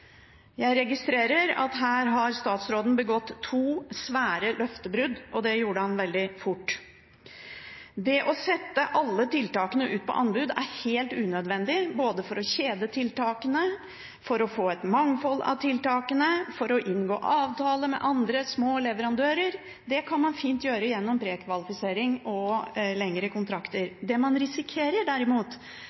Jeg registrerer at her har statsråden begått to svære løftebrudd, og det gjorde han veldig fort. Det å sette alle tiltakene ut på anbud er helt unødvendig for å kjede tiltakene, for å få et mangfold av tiltak og for å inngå avtaler med andre, små leverandører. Det kan man fint gjøre gjennom prekvalifisering og lengre kontrakter. Det man risikerer, derimot,